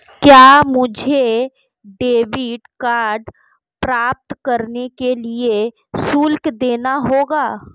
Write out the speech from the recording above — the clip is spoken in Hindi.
क्या मुझे डेबिट कार्ड प्राप्त करने के लिए शुल्क देना होगा?